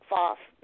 False